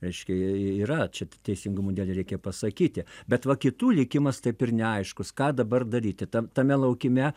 reiškia yra čia teisingumo dėlei reikia pasakyti bet va kitų likimas taip ir neaiškus ką dabar daryti tam tame laukime